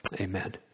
Amen